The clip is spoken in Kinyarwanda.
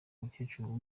umukecuru